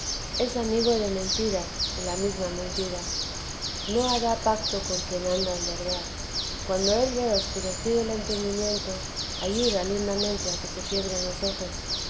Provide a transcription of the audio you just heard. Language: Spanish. es amigo de mentiras y la mesma mentira no hará pacto con quien anda en verdad cuando él ve cscurecido el entendimiento ayuda lindamente a que se quiebren los ojos